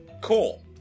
Cool